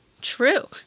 true